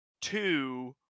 two